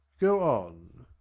go on.